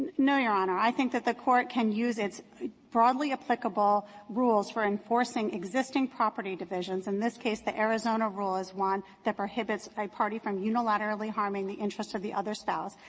no, your honor. i think that the court can use its broadly applicable rules for enforcing existing property divisions in this case, the arizona rule is one that prohibits a party from unilaterally harming the interest of the other spouse,